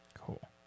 cool